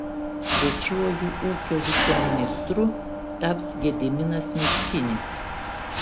trečiuoju ūkio viceministru taps gediminas miškinis